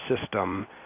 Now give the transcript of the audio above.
system